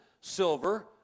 silver